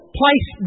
place